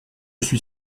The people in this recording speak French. suis